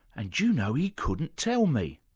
and you know, he couldn't tell me.